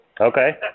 okay